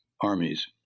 armies